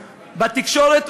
בתקשורת,